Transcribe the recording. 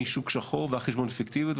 משוק שחור ועד חשבונות פיקטיביים.